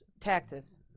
Taxes